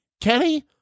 Kenny